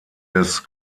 des